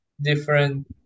different